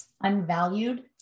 unvalued